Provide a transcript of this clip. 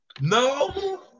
No